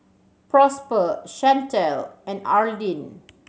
Prosper Shantell and Arlyne